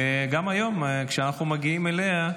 גם היום כשאנחנו מגיעים אליה,